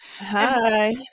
Hi